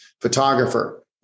photographer